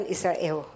Israel